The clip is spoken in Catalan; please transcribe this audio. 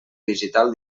digital